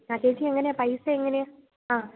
ആ ചേച്ചി എങ്ങനെ ആണ് പൈസ എങ്ങനെ ആണ് ആ